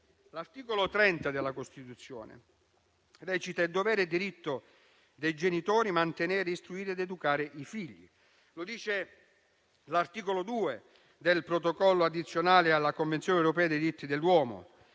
all'articolo 30 recita: «È dovere e diritto dei genitori mantenere, istruire ed educare i figli». Lo dice l'articolo 2 del protocollo addizionale alla Convenzione europea dei diritti dell'uomo: